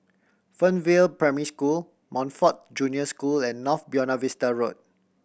Fernvale Primary School Montfort Junior School and North Buona Vista Road